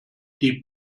die